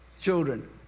children